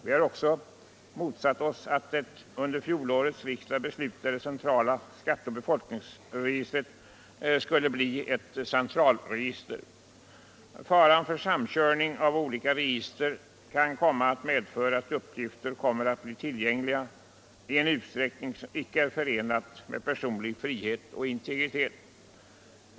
Vi har också motsatt oss att det under fjolårets riksdag beslutade centrala skatte och befolkningsregistret skulle bli ett centralregister. Samkörning av olika register kan medföra att uppgifter kommer att bli tillgängliga i en utsträckning som icke är förenlig med personlig frihet och integritet.